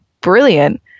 brilliant